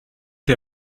que